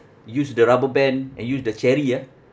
use the rubber band and use the cherry ah